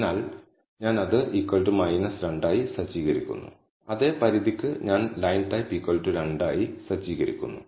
അതിനാൽ ഞാൻ അത് 2 ആയി സജ്ജീകരിക്കുന്നു അതേ പരിധിക്ക് ഞാൻ ലൈൻ ടൈപ്പ് 2 ആയി സജ്ജീകരിക്കുന്നു